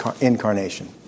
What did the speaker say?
incarnation